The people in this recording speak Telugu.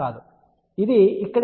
కాబట్టి ఇది ఇక్కడ ఏమిటి